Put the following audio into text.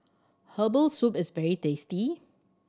herbal soup is very tasty